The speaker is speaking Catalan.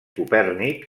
copèrnic